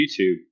YouTube